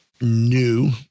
new